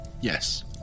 Yes